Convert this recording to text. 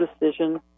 decision